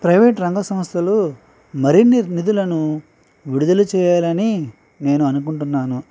private రంగ సంస్థలు మరిన్ని నిధులను విడుదల చేయాలని నేను అనుకుంటున్నాను